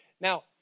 Now